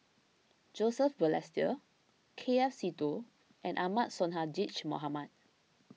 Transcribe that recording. Joseph Balestier K F Seetoh and Ahmad Sonhadji Mohamad